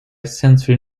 sensory